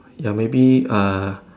ya maybe uh